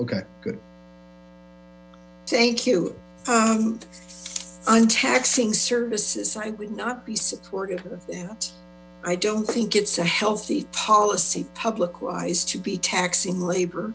good thank you on taxing services i would not be supportive of that i don't think it's a healthy policy public wise to be taxing labor